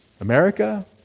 America